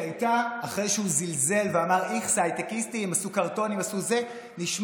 זה היה דברי הפתיחה שלך.